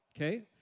okay